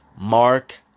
Mark